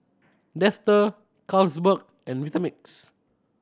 Dester Carlsberg and Vitamix